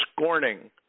scorning